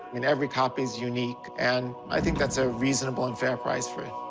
and every copy is unique. and i think that's a reasonable and fair price for it.